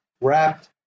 wrapped